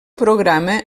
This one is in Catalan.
programa